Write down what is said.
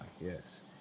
yes